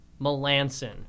Melanson